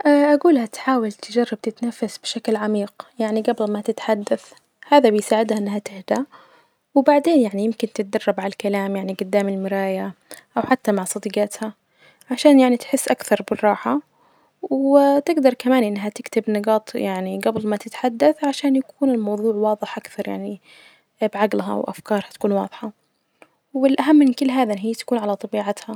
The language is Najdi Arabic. اه أجول لها تحاول تجرب تتنفس بشكل عميق.يعني جبل ما تتحدث هادا بيساعدها إنها تهدي وبعدين يعني ممكن تتدرب علي الكلام يعني جدام المرايا، أو حتي مع صديجاتها ،عشان يعني تحس أكثر بالراحة ،و تجدر كمان إنها تكتب نجاط يعني جبل ما تتحدث عشان يكون الموظوع واظح إكثر يعني بعجلها وإفكارها تكون واظحة، والأهم من كل هدا إن هي تكون علي طبيعتها.